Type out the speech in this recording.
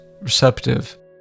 receptive